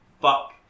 Fuck